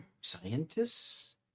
scientists